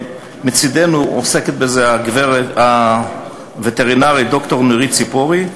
מצדנו עוסקת בזה הווטרינרית ד"ר נירית צפורי.